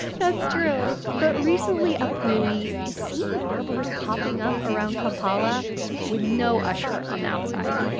that's true. but recently apuuli has seen barbers popping up around kampala with no usher on the outside,